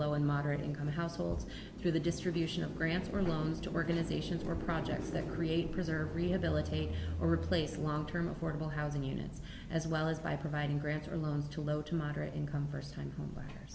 low and moderate income households through the distribution of grants or loans to organizations were projects that create preserve rehabilitate or replace long term affordable housing units as well as by providing grants or loans to low to moderate income first time